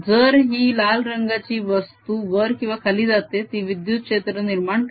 जर ही लाल रंगाची वस्तू वर किंवा खाली जाते ती विद्युत क्षेत्र निर्माण करेल